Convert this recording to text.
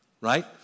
right